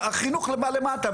החינוך הכי למטה.